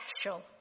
special